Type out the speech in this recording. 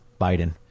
biden